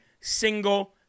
single